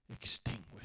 extinguish